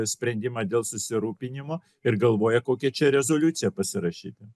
sprendimą dėl susirūpinimo ir galvoja kokią čia rezoliuciją pasirašyti